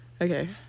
Okay